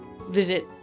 visit